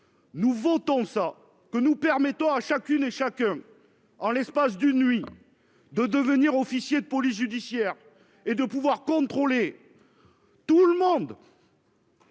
être adoptées, nous permettrions à chacune et chacun, en l'espace d'une nuit, de devenir officier de police judiciaire et de contrôler tout le monde